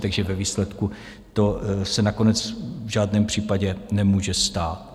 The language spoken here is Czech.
Takže ve výsledku to se nakonec v žádném případě nemůže stát.